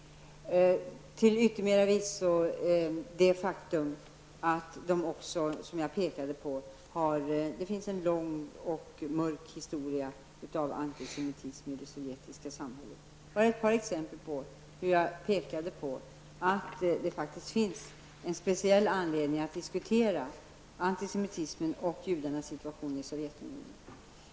Jag pekar också på det faktum att det sovjetiska samhället har en lång och mörk historia med antisemitism. Detta är ett par av de anledningar som jag pekade som gör att det finns en speciell anledning att diskutera antisemitismen och judarnas situation i Sovjetunionen.